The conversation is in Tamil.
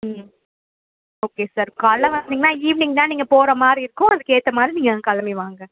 ம் ஓகே சார் காலையில் வந்தீங்ன்னால் ஈவினிங் தான் நீங்கள் போகிற மாதிரி இருக்கும் அதுக்கேற்ற மாதிரி நீங்கள் வந்து கிளம்பி வாங்க